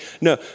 No